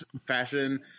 fashion